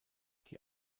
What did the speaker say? die